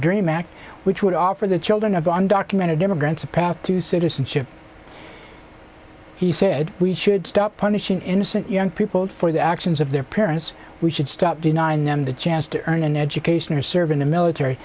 dream act which would offer the children of undocumented immigrants a path to citizenship he said we should stop punishing innocent young people for the actions of their parents we should stop denying them the chance to earn an education or serve in the military